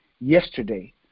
yesterday